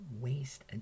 Waste